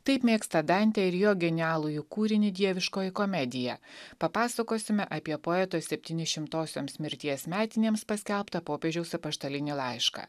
taip mėgsta dantę ir jo genialųjį kūrinį dieviškoji komedija papasakosime apie poeto septynišimtosioms mirties metinėms paskelbtą popiežiaus apaštalinį laišką